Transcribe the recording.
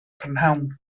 prynhawn